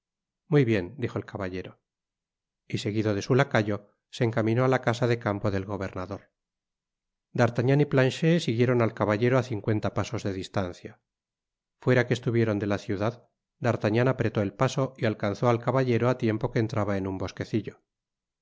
muy bien dijo el caballero y seguido de su lacayo se encaminó á la casa de campo del gobernador d'artagnan y planchet siguieron al caballero á cincuenta pasos de distancia fuera que estuvieron de la ciudad d'artagnan apretó el paso y alcanzó al caballero á tiempo que entraba en un bosquecillo